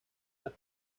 los